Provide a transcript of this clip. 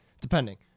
depending